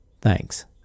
Thanks